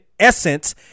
essence